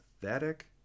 pathetic